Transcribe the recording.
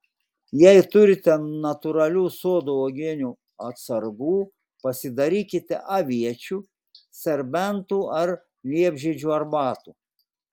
jei turite natūralių sodo uogienių atsargų pasidarykite aviečių serbentų ar liepžiedžių arbatų